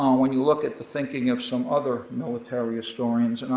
um when you look at the thinking of some other military historians.